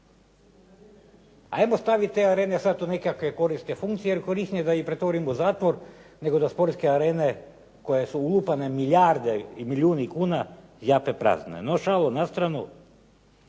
Ajmo staviti te arene sad u nekakve korisne funkcije jer je korisnije da ih pretvorimo u zatvor, nego da sportske arene u koje su ulupane milijarde i milijuni kuna zjape prazne. No šalu na stranu,